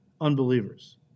unbelievers